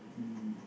mm